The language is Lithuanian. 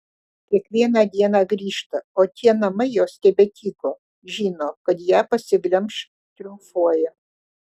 kiekvieną dieną grįžta o tie namai jos tebetyko žino kad ją pasiglemš triumfuoja